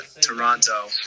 Toronto